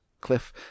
cliff